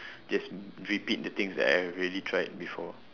just repeat the things that I have already tried before